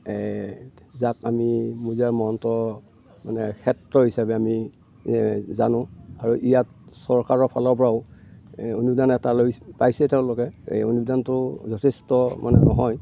যাক আমি মোজাৰাম মহন্ত মানে ক্ষেত্ৰ হিচাপে আমি জানো আৰু ইয়াত চৰকাৰৰ ফালৰ পৰাও এই অনুদান এটা লৈ পাইছে তেওঁলোকে এই অনুদানটো যথেষ্ট মানে নহয়